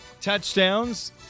touchdowns